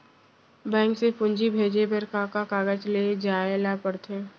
Bank से पूंजी भेजे बर का का कागज ले जाये ल पड़थे?